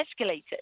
escalated